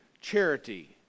charity